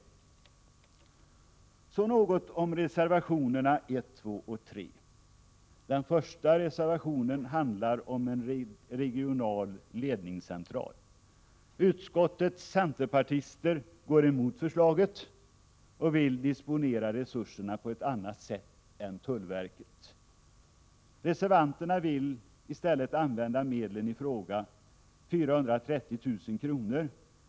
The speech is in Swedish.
Därefter något om reservationerna 1, 2 och 3. Den första reservationen handlar om en regional ledningscentral. Utskottets centerpartister går emot propositionens förslag och vill disponera resurserna på ett annat sätt än tullverket. Reservanterna vill använda medlen i fråga — 430 000 kr.